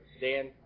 Dan